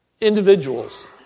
individuals